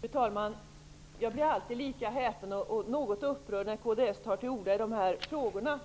Fru talman! Jag blir alltid lika häpen och upprörd när kds tar till orda i dessa frågor.